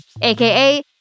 AKA